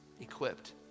equipped